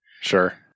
sure